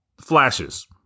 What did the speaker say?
flashes